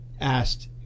asked